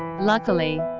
Luckily